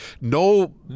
no